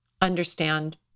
understand